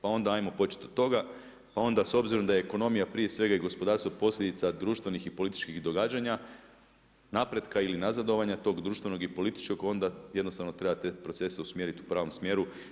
Pa onda ajmo početi od toga pa onda s obzirom da je ekonomija prije svega i gospodarstvo posljedica društvenih i političkih događanja, napretka ili nazadovanja tog društvenog. onda jednostavno treba te procese usmjeriti u pravom smjeru.